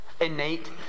innate